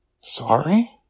Sorry